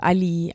Ali